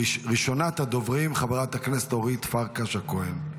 ראשונת הדוברים, חברת הכנסת אורית פרקש הכהן.